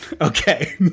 okay